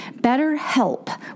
BetterHelp